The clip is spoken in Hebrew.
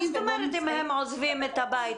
מה זאת אומרת אם הם עוזבים את הבית?